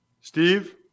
Steve